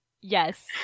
Yes